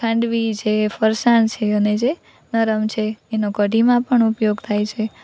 ખાંડવી છે ફરસાણ છે અને જે નરમ છે એનો કઢીમાં પણ ઉપયોગ થાય છે